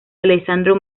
alessandro